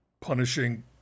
Punishing